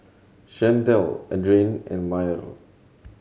Shantel Adrain and Myrl